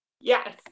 yes